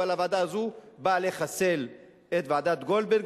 אבל הוועדה הזו באה לחסל את ועדת-גולדברג,